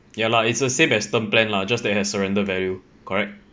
ya lah it's the same as term plan lah just that it has surrender value correct